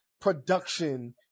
production